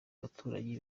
abaturanyi